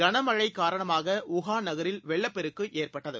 கனமழைகாரணமாகஊகான் நகரில் வெள்ளப்பெருக்குஏற்பட்டது